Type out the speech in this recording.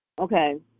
Okay